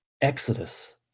exodus